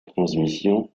transmission